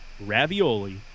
ravioli